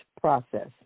process